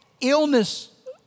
illness